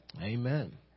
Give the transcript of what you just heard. amen